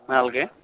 ভালকৈ